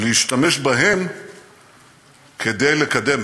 להשתמש בהם כדי לקדם,